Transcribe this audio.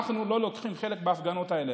אנחנו לא לוקחים חלק בהפגנות האלה.